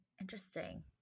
Interesting